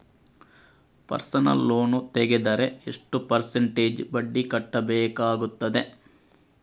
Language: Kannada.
ಪರ್ಸನಲ್ ಲೋನ್ ತೆಗೆದರೆ ಎಷ್ಟು ಪರ್ಸೆಂಟೇಜ್ ಬಡ್ಡಿ ಕಟ್ಟಬೇಕಾಗುತ್ತದೆ?